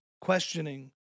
questioning